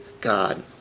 God